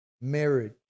marriage